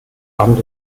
abend